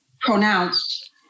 pronounced